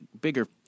bigger